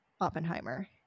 Oppenheimer